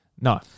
No